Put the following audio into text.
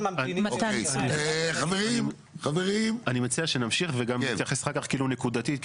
אני מציע שנמשיך וגם נתייחס אחר כך נקודתית,